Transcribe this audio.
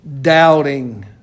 doubting